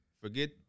Forget